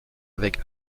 avec